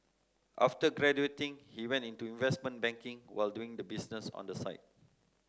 after graduating he went into investment banking while doing the business on the side